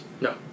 No